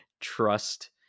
trust